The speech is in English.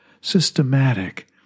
systematic